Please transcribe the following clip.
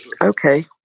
okay